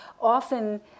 often